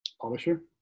Publisher